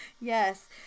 Yes